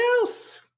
else